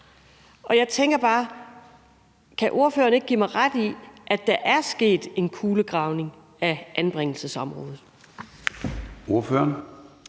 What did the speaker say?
Jeg tænker bare: Kan ordføreren ikke give mig ret i, at der er sket en kulegravning af anbringelsesområdet?